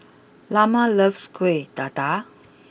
Lamar loves Kuih Dadar